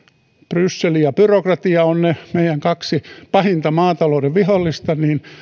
bryssel ja byrokratia ovat kaksi meidän pahinta maatalouden vihollista niin